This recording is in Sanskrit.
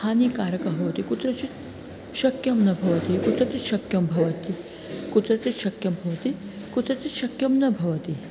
हानिकारकः भवति कुत्रचित् शक्यं न भवति कुत्रचित् शक्यं भवति कुत्रचित् शक्यं भवति कुत्रचित् शक्यं न भवति